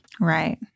Right